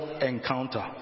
encounter